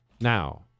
Now